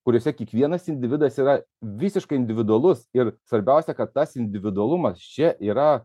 kuriuose kiekvienas individas yra visiškai individualus ir svarbiausia kad tas individualumas čia yra